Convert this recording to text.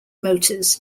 motors